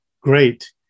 Great